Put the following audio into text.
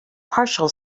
partial